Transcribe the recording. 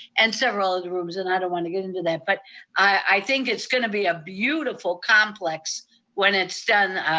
and several other rooms, and i don't wanna get into that. but i think it's gonna be a beautiful complex when it's done,